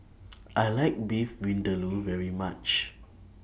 I like Beef Vindaloo very much